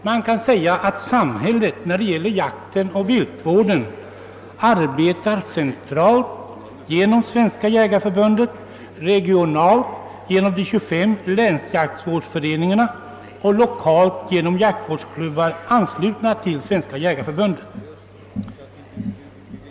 Man kan säga att samhället när det gäller jaktoch viltvården arbetar centralt genom Svenska jägareförbundet, regionalt genom de 25 länsjaktvårdsföreningarna och lokalt genom jaktvårdsklubbar anslutna till Svenska jägareförbundet.